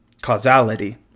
causality